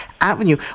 Avenue